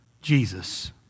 Jesus